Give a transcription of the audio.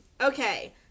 okay